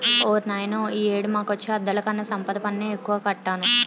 ఓర్నాయనో ఈ ఏడు మాకొచ్చే అద్దెలుకన్నా సంపద పన్నే ఎక్కువ కట్టాను